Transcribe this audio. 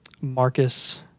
Marcus